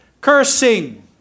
cursing